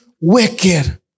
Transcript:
wicked